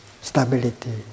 stability